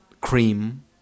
cream